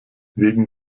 wegen